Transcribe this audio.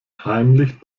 heimlich